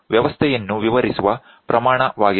ಇದು ವ್ಯವಸ್ಥೆಯನ್ನು ವಿವರಿಸುವ ಪ್ರಮಾಣವಾಗಿದೆ